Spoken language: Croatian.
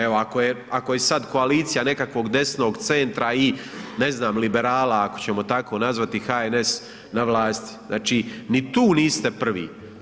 Evo ako je sada koalicija nekakvog desnog centra i ne znam liberala ako ćemo tako nazvati HNS na vlasti, znači ni tu niste prvi.